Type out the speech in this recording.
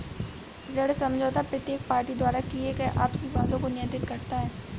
ऋण समझौता प्रत्येक पार्टी द्वारा किए गए आपसी वादों को नियंत्रित करता है